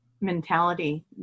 mentality